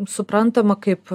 suprantama kaip